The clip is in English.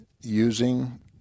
using